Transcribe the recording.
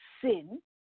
sin